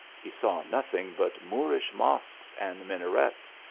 he saw nothing but moorish mosques, and minarets,